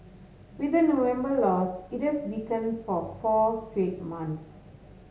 with the November loss it has weakened for four straight months